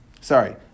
sorry